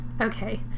Okay